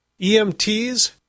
EMTs